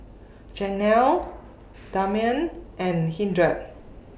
Janell Damion and Hildred